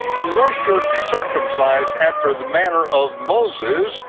unless you're circumcised after the manner of moses,